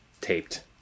taped